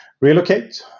relocate